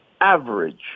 average